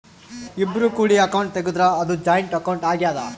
ಇಬ್ರು ಕೂಡಿ ಅಕೌಂಟ್ ತೆಗುದ್ರ ಅದು ಜಾಯಿಂಟ್ ಅಕೌಂಟ್ ಆಗ್ಯಾದ